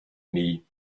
nie